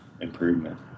improvement